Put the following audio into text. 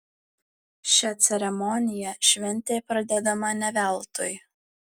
šia ceremonija šventė pradedama ne veltui